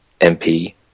MP